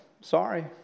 sorry